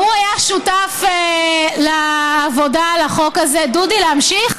הוא היה שותף לעבודה על החוק הזה, דודי, להמשיך?